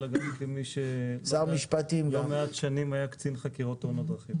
אלא כמי שהיה לא מעט שנים קצין חקירות תאונות דרכים.